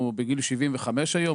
הוא בגיל 75 היום,